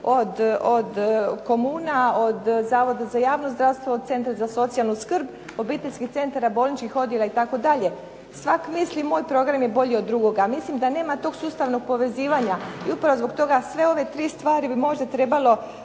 od komuna, od Zavoda za javno zdravstvo, od Centra za socijalnu skrb, obiteljskih centara, bolničkih odjela itd. Svatko misli moj program je bolji od drugoga a mislim da nema tog sustavnog povezivanja i upravo zbog toga sve ove tri stvari bi možda trebalo